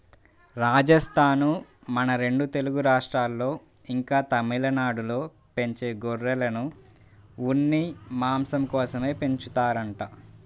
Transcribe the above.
రాజస్థానూ, మన రెండు తెలుగు రాష్ట్రాల్లో, ఇంకా తమిళనాడులో పెంచే గొర్రెలను ఉన్ని, మాంసం కోసమే పెంచుతారంట